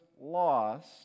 lost